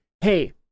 hey